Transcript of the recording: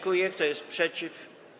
Kto jest przeciw?